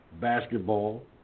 basketball